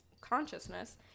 consciousness